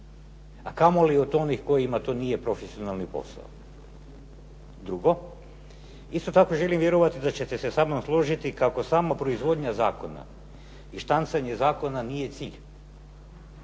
a kamoli od onih kojima to nije profesionalni posao. Drugo, isto tako želim vjerovati da ćete se sa mnom složiti kako sama proizvodnja zakona i štancanje zakona nije cilj.